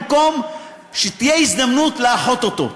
במקום שתהיה הזדמנות לאחות אותו.